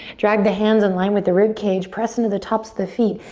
drag the hands in line with the ribcage, press into the tops of the feet.